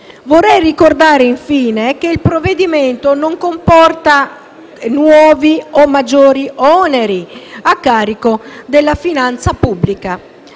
Vorrei ricordare, infine, che il provvedimento non comporta nuovi o maggiori oneri a carico della finanza pubblica.